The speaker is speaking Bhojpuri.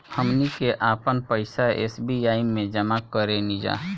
हमनी के आपन पइसा एस.बी.आई में जामा करेनिजा